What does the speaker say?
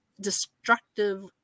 destructive